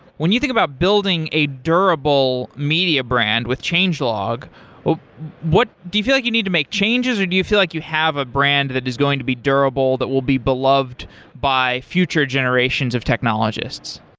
when you think about building a durable media brand with changelog what do you feel like you need to make changes or do you feel like you have a brand that is going to be durable that will be beloved by future generations of technologists?